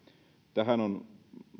tähän on